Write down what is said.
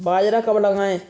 बाजरा कब लगाएँ?